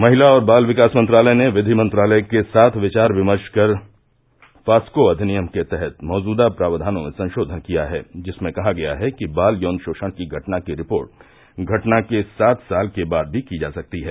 महिला और बाल विकास मंत्रालय ने विधि मंत्रालय के साथ विचार विमर्श कर पॉस्को अधिनियम के तहत मौजूदा प्रावधानों में संशोधन किया है जिसमें कहा गया है कि बाल यौन शोषण की घटना की रिपोर्ट घटना के सात साल के बाद भी की जा सकती है